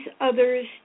others